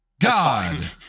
God